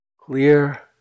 clear